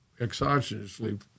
exogenously